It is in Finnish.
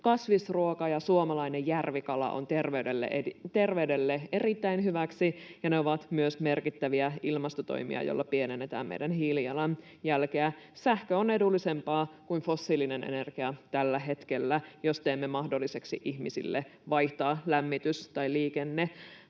Kasvisruoka ja suomalainen järvikala ovat terveydelle erittäin hyväksi, ja ne ovat myös merkittäviä ilmastotoimia, joilla pienennetään meidän hiilijalanjälkeä. Sähkö on edullisempaa kuin fossiilinen energia tällä hetkellä. Jos teemme mahdolliseksi ihmisille vaihtaa lämmitys- tai liikennemuodon,